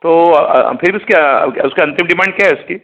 तो फिर उसकी उसकी अंतिम डिमांड क्या है उसकी